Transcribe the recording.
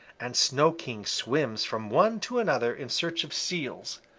and snow king swims from one to another in search of seals,